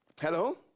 Hello